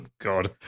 God